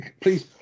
please